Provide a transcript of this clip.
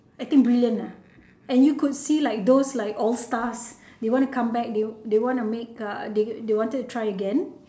I think brilliant ah and you could see like those like old stars they want to come back they they want make uh they they wanted to try again